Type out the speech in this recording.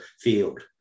field